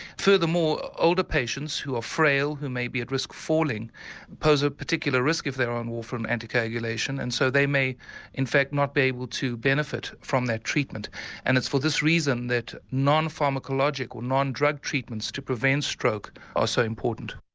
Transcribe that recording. furthermore, older patients who are frail, who may be at risk of falling pose a particular risk if they are on warfarin anticoagulation and so they may in fact not be able to benefit from that treatment and it's for this reason that non-pharmacological, non-drug treatments to prevent stroke are so important.